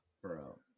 Bro